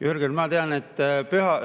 Jürgen, ma tean, et